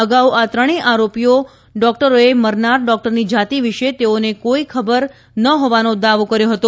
અગાઉ આ ત્રણેય આરોપી ડોકટરોએ મરનાર ડોકટરની જાતી વિશે તેઓને કોઇ ખભર ન હોવાનો દાવો કર્યો હતો